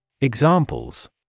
Examples